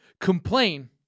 complain